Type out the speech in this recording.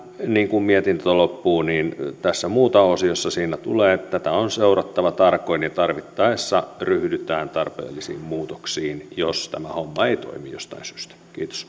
niin kuin mietintö loppuu tässä muuta osiossa lukee että tätä on seurattava tarkoin ja tarvittaessa ryhdytään tarpeellisiin muutoksiin jos tämä homma ei toimi jostain syystä kiitos